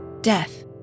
death